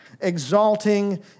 exalting